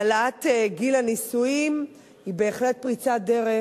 העלאת גיל הנישואים היא בהחלט פריצת דרך,